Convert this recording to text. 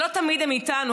שלא תמיד הם איתנו,